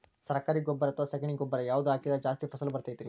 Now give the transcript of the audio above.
ಸರಕಾರಿ ಗೊಬ್ಬರ ಅಥವಾ ಸಗಣಿ ಗೊಬ್ಬರ ಯಾವ್ದು ಹಾಕಿದ್ರ ಜಾಸ್ತಿ ಫಸಲು ಬರತೈತ್ರಿ?